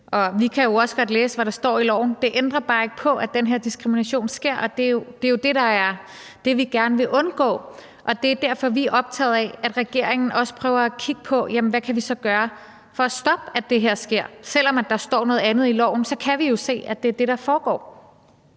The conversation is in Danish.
vi kan jo også godt læse, hvad der står i loven. Det ændrer bare ikke på, at den her diskrimination sker, og det er jo det, vi gerne vil undgå. Det er derfor, vi er optaget af, at regeringen også prøver at kigge på, hvad den kan gøre for at stoppe, at det her sker. Selv om der står noget andet i loven, kan vi jo se, at det er det, der foregår.